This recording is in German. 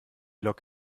lok